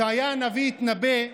ישעיה הנביא התנבא: